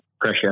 pressure